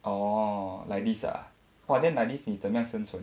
orh like this ah !wah! then like this 你怎样生存